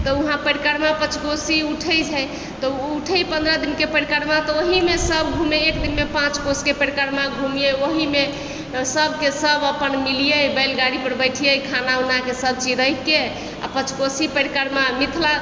तऽ वहाँपर परिक्रमा पच कोशी उठै छै तऽ ओ ठीक पन्द्रह दिनके परिक्रमा तऽ ओहिमे सब घूमै एक दिनमे पाँच कोसके परिक्रमा घूमियै ओहिमे सबके सब अपन मिलियै बैल गाड़ीपर बैठिए खाना उनाके सब चीज राखिके आओर पच कोशी परिक्रमा मिथिला